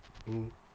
mm